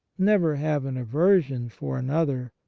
never have an aversion for another,